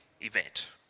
event